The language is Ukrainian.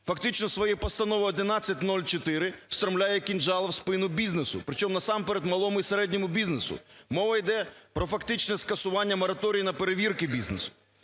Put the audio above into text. фактичною своєю Постановою 1104 встромляє кинджала в спину бізнесу, причому насамперед малому і середньому бізнесу. Мова йде про фактичне скасування мораторію на перевірки бізнесу.